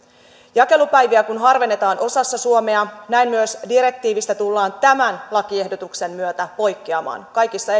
jakelupäiviä harvennetaan osassa suomea näin myös direktiivistä tullaan tämän lakiehdotuksen myötä poikkeamaan kaikissa